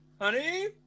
Honey